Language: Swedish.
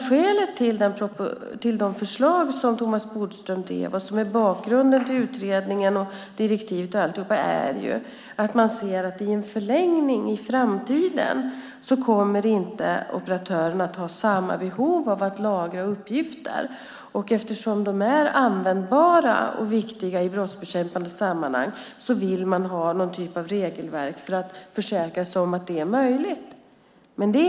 Skälet till de förslag som Thomas Bodström drev och som är bakgrunden till utredningen, direktivet och alltihop är ju att man ser att i en förlängning, i framtiden, kommer inte operatörerna att ha samma behov av att lagra uppgifter, men eftersom de är användbara och viktiga i brottsbekämpande sammanhang så vill man ha någon typ av regelverk för att försäkra sig om att det är möjligt att göra det.